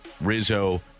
Rizzo